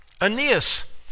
Aeneas